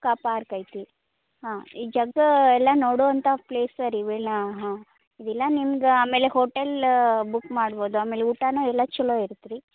ಕಾ ಪಾರ್ಕ್ ಐತಿ ಹಾಂ ಈಗ ಜಾಗದ ಎಲ್ಲ ನೋಡುವಂಥ ಪ್ಲೇಸ್ ಸರ್ ಇವೆಲ್ಲ ಹಾಂ ಇವೆಲ್ಲ ನಿಮ್ಗೆ ಆಮೇಲೆ ಹೋಟೆಲ್ ಬುಕ್ ಮಾಡ್ಬಹುದು ಆಮೇಲೆ ಊಟನು ಎಲ್ಲ ಚಲೋ ಇರುತ್ತೆ ರೀ